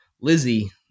Lizzie